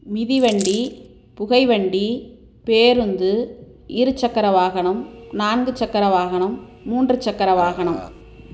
மிதிவண்டி புகை வண்டி பேருந்து இரு சக்கர வாகனம் நான்கு சக்கர வாகனம் மூன்று சக்கர வாகனம்